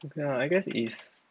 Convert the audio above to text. ok lah I guess is